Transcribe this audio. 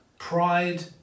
pride